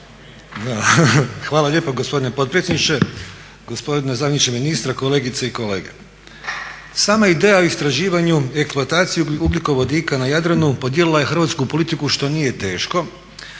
Hvala lijepo gospodine potpredsjedniče. Gospodine zamjeniče ministra, kolegice i kolege. Sama ideja o istraživanju i eksploataciji ugljikovodika na Jadranu podijelila je hrvatsku politiku što nije teško,